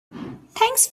thanks